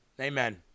amen